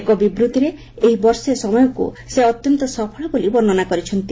ଏକ ବିବୃତ୍ତିରେ ଏହି ବର୍ଷେ ସମୟକୁ ସେ ଅତ୍ୟନ୍ତ ସଫଳ ବୋଲି ବର୍ଷ୍ଣନା କରିଛନ୍ତି